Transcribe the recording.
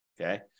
okay